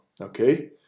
okay